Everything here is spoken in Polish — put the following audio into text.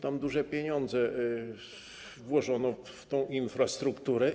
Tam duże pieniądze włożono w infrastrukturę.